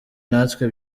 natwe